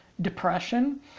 depression